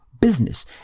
business